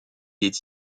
est